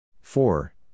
Four